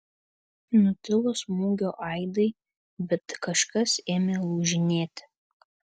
nutilo smūgio aidai bet kažkas ėmė lūžinėti